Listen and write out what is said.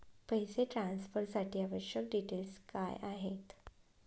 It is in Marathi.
पैसे ट्रान्सफरसाठी आवश्यक डिटेल्स काय आहेत?